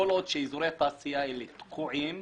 כל עוד אזורי התעשייה האלה תקועים,